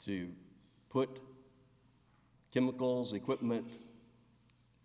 to put chemicals equipment